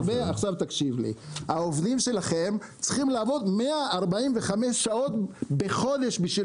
העובדים שלכם צריכים לעבוד 145 שעות בחודש בשביל